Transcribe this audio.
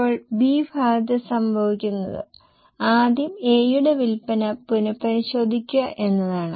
ഇപ്പോൾ B ഭാഗത്ത് സംഭവിക്കുന്നത് ആദ്യം A യുടെ വിൽപ്പന പുനഃപരിശോധിക്കുക എന്നതാണ്